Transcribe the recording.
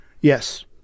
Yes